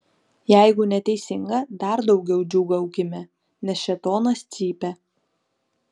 jeigu neteisinga dar daugiau džiūgaukime nes šėtonas cypia